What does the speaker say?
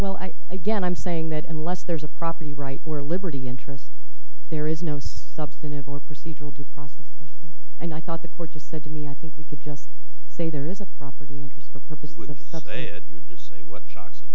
well i again i'm saying that unless there's a property right or liberty interest there is no substantive or procedural due process and i thought the court just said to me i think we could just say there is a property interest for purposes would have said they had to say what sho